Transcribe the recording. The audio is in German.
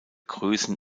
größen